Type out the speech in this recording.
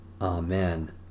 Amen